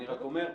אני רק אומר.